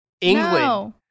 England